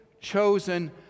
chosen